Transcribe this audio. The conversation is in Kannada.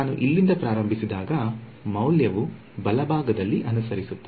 ನಾನು ಇಲ್ಲಿಂದ ಪ್ರಾರಂಭಿಸಿದಾಗ ಮೌಲ್ಯವು ಬಲಭಾಗದಲ್ಲಿ ಅನುಸರಿಸುತ್ತದೆ